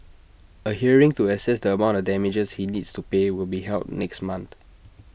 A hearing to assess the amount of damages he needs to pay will be held next month